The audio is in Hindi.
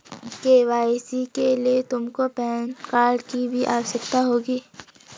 के.वाई.सी के लिए तुमको पैन कार्ड की भी आवश्यकता होगी